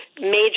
major